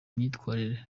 myitwarire